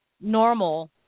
normal